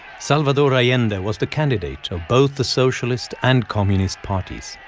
salvador allende was the candidate of both the socialist and communist parties.